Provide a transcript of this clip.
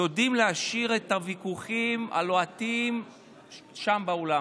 אנחנו יודעים להשאיר את הוויכוחים הלוהטים שם באולם,